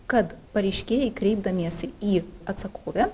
kad pareiškėjai kreipdamiesi į atsakovę